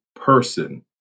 person